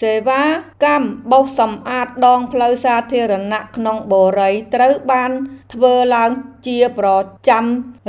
សេវាកម្មបោសសម្អាតដងផ្លូវសាធារណៈក្នុងបុរីត្រូវបានធ្វើឡើងជាប្រចាំ